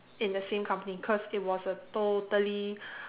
in the same company cause it was a totally